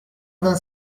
vingt